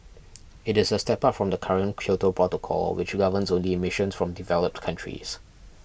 it is a step up from the current Kyoto Protocol which governs only emissions from developed countries